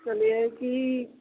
कहलिए कि